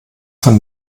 von